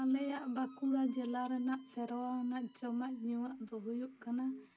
ᱟᱞᱮᱭᱟᱜ ᱵᱟᱸᱠᱩᱲᱟ ᱡᱮᱞᱟ ᱨᱮᱱᱟᱜ ᱥᱮᱨᱣᱟ ᱨᱮᱱᱟᱜ ᱡᱚᱢ ᱧᱩᱣᱟᱹᱜ ᱫᱚ ᱦᱩᱭᱩᱜ ᱠᱟᱱᱟ